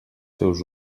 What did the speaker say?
seus